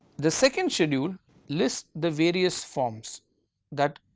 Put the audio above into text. the second schedule list the various forms that